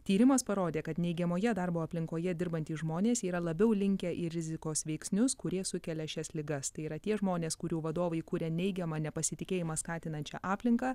tyrimas parodė kad neigiamoje darbo aplinkoje dirbantys žmonės yra labiau linkę į rizikos veiksnius kurie sukelia šias ligas tai yra tie žmonės kurių vadovai kuria neigiamą nepasitikėjimą skatinančią aplinką